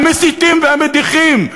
המסיתים והמדיחים,